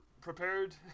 prepared